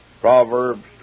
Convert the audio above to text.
Proverbs